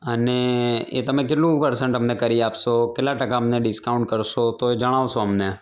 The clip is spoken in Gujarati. અને એ તમે કેટલું પર્સનટ અમને કરી આપશો કેટલા ટકા ડિસ્કાઉન્ટ કરશો તો જણાવશો અમને